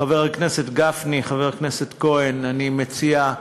חבר הכנסת גפני, חבר הכנסת כהן, אני מציע,